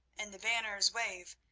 and the banners wave,